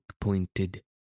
pointed